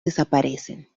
desaparecen